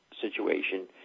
situation